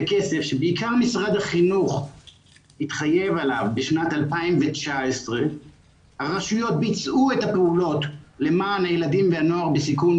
זה כסף שבעיקר משרד החינוך התחייב עליו בשנת 2019. אנשים לא ביצעו את הפעולות למען הילדים והנוער בסיכון,